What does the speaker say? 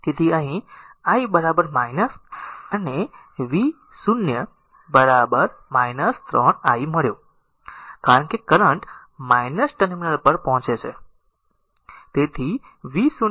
તેથી અહીં i અને v0 3 i મળ્યો કારણ કે કરંટ ટર્મિનલ પર પહોંચે છે તેથી v0 3 i